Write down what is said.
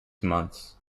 months